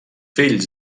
fills